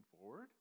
forward